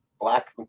black